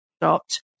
stopped